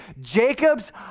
Jacobs